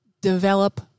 develop